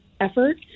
effort